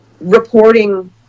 reporting